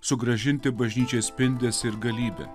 sugrąžinti bažnyčiąi spindesį ir galybę